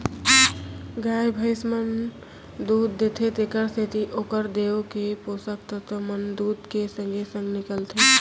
गाय भइंस मन दूद देथे तेकरे सेती ओकर देंव के पोसक तत्व मन दूद के संगे संग निकलथें